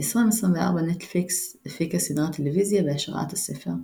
ב-2024 נטפליקס הפיקה סדרת טלוויזיה בהשראת הספר.